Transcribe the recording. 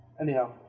Anyhow